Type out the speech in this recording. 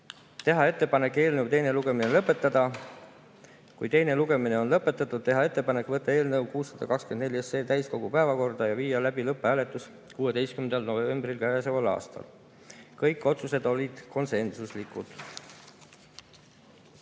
teha ettepanek eelnõu teine lugemine lõpetada; kui teine lugemine on lõpetatud, teha ettepanek võtta eelnõu 624 täiskogu päevakorda ja viia läbi lõpphääletus 16. novembril käesoleval aastal. Kõik otsused olid konsensuslikud.